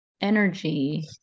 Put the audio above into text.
energy